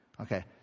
Okay